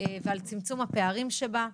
ועל צמצום הפערים שבה,